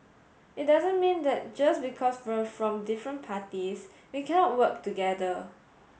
it doesn't mean that just because we're from different parties we cannot work together